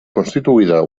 constituïda